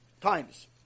times